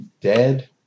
dead